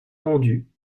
rendu